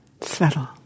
settle